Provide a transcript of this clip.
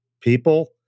people